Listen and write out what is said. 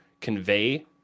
convey